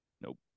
nope